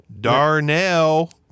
Darnell